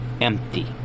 empty